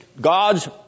God's